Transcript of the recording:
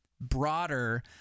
broader